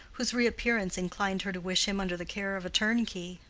whose reappearance inclined her to wish him under the care of a turnkey.